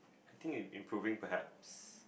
I think they improving perhaps